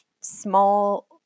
small